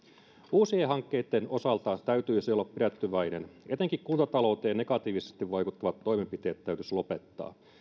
uusien hankkeitten osalta täytyisi olla pidättyväinen etenkin kuntatalouteen negatiivisesti vaikuttavat toimenpiteet täytyisi lopettaa